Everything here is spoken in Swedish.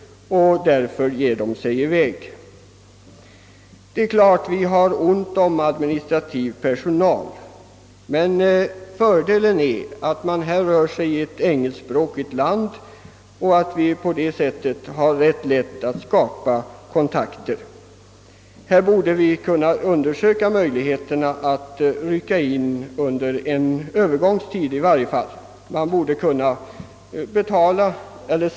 Vi i Sverige har ont om administrativ personal, men här rör det sig om ett engelskspråkigt land, där vi har ganska lätt att skapa kontakter. Vi borde därför kunna undersöka möjligheterna att i varje fall under en övergångstid göra en personell insats. En sådan tror jag skulle vara oerhört värdefull.